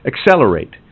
accelerate